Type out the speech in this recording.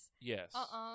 Yes